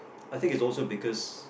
I think it's also because